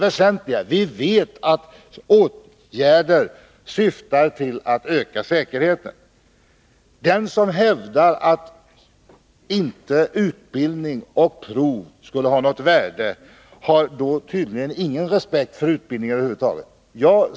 Vi vet att åtgärderna syftar till att öka säkerheten. Den som hävdar att utbildning och prov inte skulle ha något värde har tydligen ingen respekt för utbildning över huvud taget.